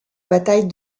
bataille